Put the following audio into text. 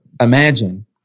imagine